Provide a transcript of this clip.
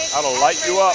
and light youp.